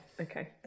okay